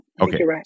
Okay